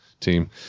Team